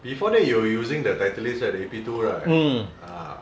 before that you were using the Titleist right the A P two right ah